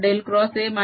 BB